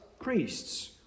priests